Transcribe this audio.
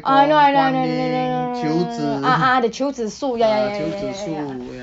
oh I know I know I know know know know know know know know know know know know know ah ah the 秋子树 ya ya ya ya ya ya ya ya